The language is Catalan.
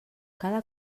cada